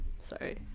sorry